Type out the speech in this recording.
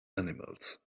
animals